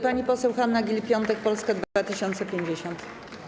Pani poseł Hanna Gill-Piątek, Polska 2050.